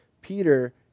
Peter